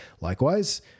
Likewise